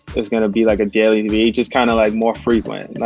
it's going to be like a dailyvee, just kinda like more frequent,